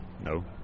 no